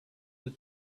the